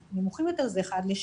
ולנמוכים יותר זה 1 ל-6.